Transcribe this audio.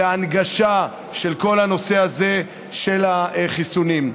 בהנגשה של כל הנושא הזה של החיסונים,